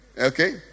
okay